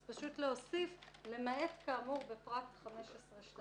אז פשוט יש להוסיף "למעט כאמור בפרט 15(2)".